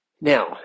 Now